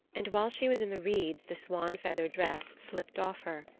and while she was in the reeds the swan-feather dress slipped off her,